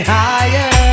higher